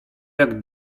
jak